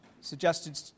suggested